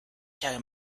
show